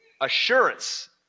Assurance